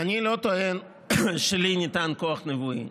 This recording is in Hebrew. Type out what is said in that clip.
אני לא טוען שלי ניתן כוח נבואי.